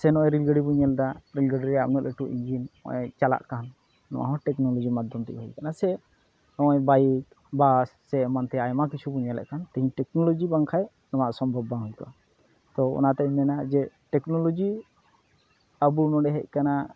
ᱥᱮ ᱱᱚᱜᱼᱚᱭ ᱨᱮᱞ ᱜᱟᱹᱰᱤᱵᱚᱱ ᱧᱮᱞ ᱮᱫᱟ ᱨᱮᱞ ᱜᱟᱹᱰᱤ ᱨᱮᱭᱟᱜ ᱩᱱᱟᱹᱜ ᱞᱟᱹᱴᱩ ᱤᱧᱡᱤᱱ ᱦᱚᱜᱼᱚᱭ ᱪᱟᱞᱟᱜᱠᱟᱱ ᱱᱚᱣᱟᱦᱚᱸ ᱴᱮᱠᱱᱳᱞᱚᱡᱤ ᱢᱟᱫᱽᱫᱷᱚᱢ ᱛᱮᱜᱮ ᱦᱩᱭᱠᱟᱱᱟ ᱥᱮ ᱦᱚᱜᱼᱚᱭ ᱵᱟᱭᱤᱠ ᱵᱟᱥ ᱥᱮ ᱮᱢᱟᱱ ᱛᱮᱭᱟᱜ ᱟᱭᱢᱟ ᱠᱤᱪᱷᱩᱵᱚᱱ ᱧᱮᱞᱮᱫ ᱠᱟᱱ ᱛᱮᱦᱮᱧ ᱴᱮᱠᱱᱳᱞᱚᱡᱤ ᱵᱟᱝᱠᱷᱟᱱ ᱚᱱᱟ ᱥᱚᱢᱵᱷᱚᱵᱽ ᱵᱟᱝ ᱦᱩᱭᱠᱚᱜᱼᱟ ᱛᱚ ᱚᱱᱟᱛᱮᱧ ᱢᱮᱱᱟ ᱡᱮ ᱴᱮᱠᱱᱳᱞᱚᱡᱤ ᱟᱵᱚ ᱱᱚᱰᱮ ᱦᱮᱡᱠᱟᱱᱟ